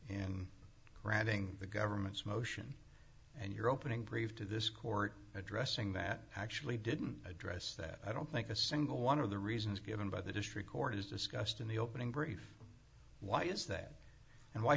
and granting the government's motion and your opening brief to this court addressing that actually didn't address that i don't think a single one of the reasons given by the district court is discussed in the opening brief why is that and why